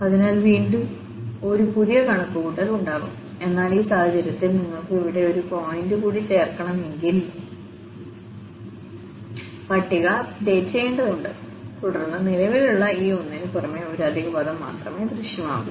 അതിനാൽ വീണ്ടും ഒരു പുതിയ കണക്കുകൂട്ടൽ ഉണ്ടാകും എന്നാൽ ഈ സാഹചര്യത്തിൽ നിങ്ങൾക്ക് ഇവിടെ ഒരു പോയിന്റ് കൂടി ചേർക്കണമെങ്കിൽ പട്ടിക അപ്ഡേറ്റ് ചെയ്യേണ്ടതുണ്ട് തുടർന്ന് നിലവിലുള്ള ഈ ഒന്നിന് പുറമെ ഒരു അധിക പദം മാത്രമേ ദൃശ്യമാകൂ